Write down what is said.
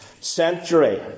century